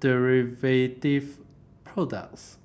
derivative products